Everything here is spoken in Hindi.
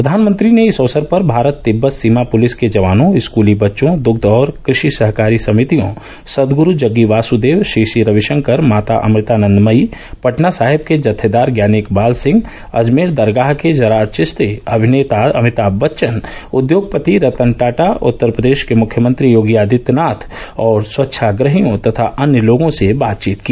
प्रधानमंत्री ने इस अवसर पर भारत तिब्बत सीमा पुलिस के जवानों स्कूली बच्चों दुग्ध और कृ षि सहकारी समितियों सद्गुरू जग्गी वासुदेव श्री श्री रविशंकर माता अमृतानंदमयी पटनासाहेब के जत्थेदार ज्ञानी इकबाल सिंह अजमेर दरगाह के जरार चिश्ती अभिनेता अमिताभ बच्चन उद्योगपति रतन टाटा उत्तर प्रदेश के मुख्यमंत्री योगी आदित्यनाथ और स्वच्छाग्रहियों तथा लोगों से बातचीत की